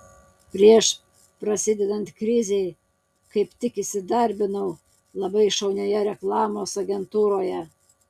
prieš prasidedant krizei kaip tik įsidarbinau labai šaunioje reklamos agentūroje